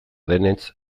denetz